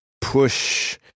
push